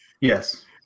Yes